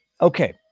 okay